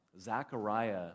Zechariah